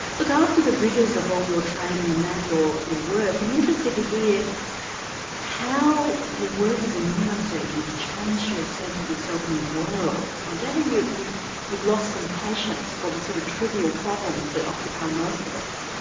like after the rigours of all your training and now your your work i'm interested to hear how your work as a neurosurgeon has changed your sense of yourself in the world? i gather you've you've lost some patience for the sort of trivial problems that occupy most of us.